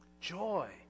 Joy